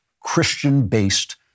Christian-based